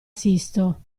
sisto